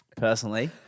personally